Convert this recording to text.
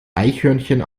eichhörnchen